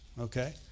Okay